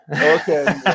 Okay